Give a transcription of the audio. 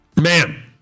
man